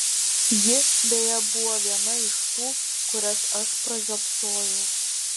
ji beje buvo viena iš tų kurias aš pražiopsojau